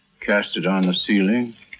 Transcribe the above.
cast it on the ceiling,